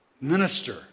minister